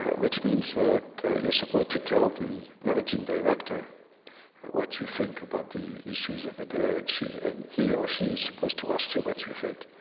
ah which means that you're supposed to tell the managing director what you think about the issues of the day, and and he or she is supposed to ask you what you think.